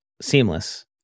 Seamless